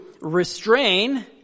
restrain